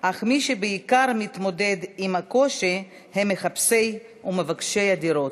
אך מי שבעיקר מתמודד עם הקושי הם מחפשי ומבקשי הדירות.